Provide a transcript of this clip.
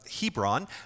Hebron